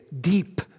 deep